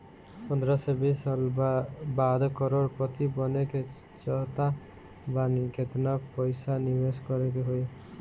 पंद्रह से बीस साल बाद करोड़ पति बने के चाहता बानी केतना पइसा निवेस करे के होई?